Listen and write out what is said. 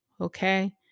okay